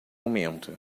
aumento